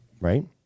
right